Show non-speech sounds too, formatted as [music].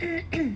[coughs]